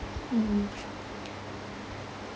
mmhmm